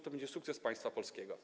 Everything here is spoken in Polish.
To będzie sukces państwa polskiego.